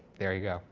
there you go.